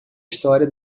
história